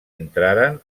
entraren